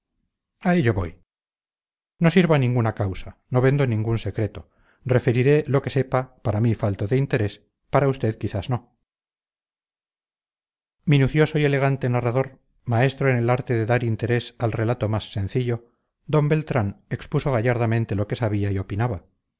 a ello voy no sirvo a ninguna causa no vendo ningún secreto referiré lo que sepa para mí falto de interés para usted quizás no minucioso y elegante narrador maestro en el arte de dar interés al relato más sencillo d beltrán expuso gallardamente lo que sabía y opinaba